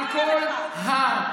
על כל הר.